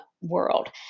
world